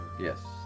Yes